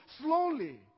slowly